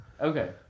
Okay